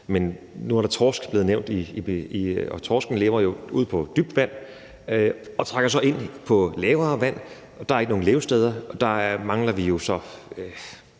Men nu er torsken blevet nævnt, og torsken lever jo ude på dybt vand, og den trækker så ind på lavere vand, og der er ikke nogen levesteder, og der mangler vi jo så